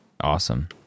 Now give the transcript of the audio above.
Awesome